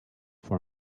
for